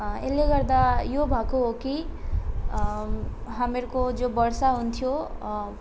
यसले गर्दा यो भएको हो कि हाम्रो जो वर्षा हुन्थ्यो